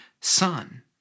Son